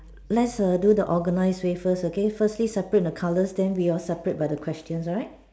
let's err do the organized way first okay firstly separate the colours then we will separate by the questions alright